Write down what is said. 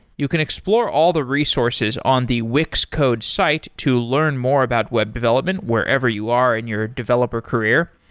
you can explore all the resources on the wix code's site to learn more about web development wherever you are in your developer career.